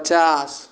पचास